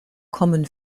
kommen